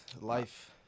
life